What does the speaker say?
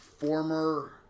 Former